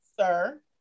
sir